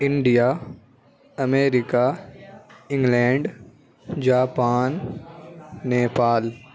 India America England Japan Nepal